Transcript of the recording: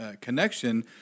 connection